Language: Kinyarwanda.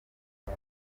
ati